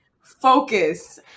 focus